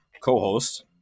co-host